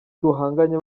duhanganye